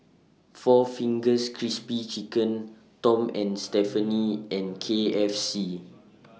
four Fingers Crispy Chicken Tom and Stephanie and K F C